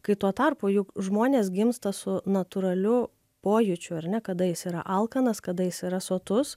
kai tuo tarpu juk žmonės gimsta su natūraliu pojūčiu ar ne kada jis yra alkanas kada jis yra sotus